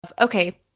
okay